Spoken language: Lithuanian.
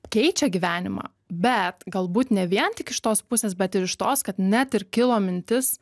keičia gyvenimą bet galbūt ne vien tik iš tos pusės bet ir iš tos kad net ir kilo mintis